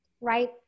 Right